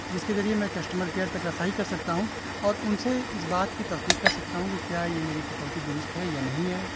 جس کے ذریعے میں کشٹمر کیئر تک رسائی کر سکتا ہوں اور ان سے اس بات کی تصدیق کر سکتا ہوں کہ کیا یہ میری کٹوتی درست ہے یا نہیں ہے